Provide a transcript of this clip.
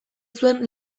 zuen